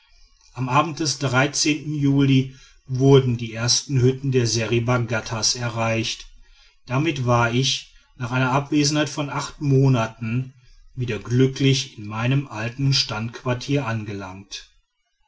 am abend des juli wurden die ersten hütten der seriba ghattas erreicht damit war ich nach einer abwesenheit von acht monaten wieder glücklich in meinem alten standquartier angelangt